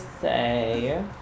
say